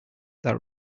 that